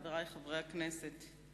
חברי חברי הכנסת,